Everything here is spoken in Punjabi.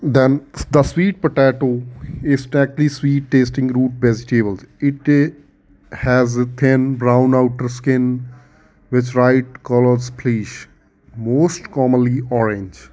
then the sweet potato is take the sweet tasting root vegetables it has thin brown outer skin with right colours flesh most commonly orange